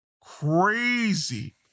crazy